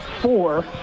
four